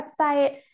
website